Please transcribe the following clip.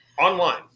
online